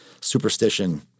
superstition